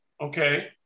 Okay